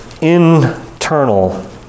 internal